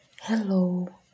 hello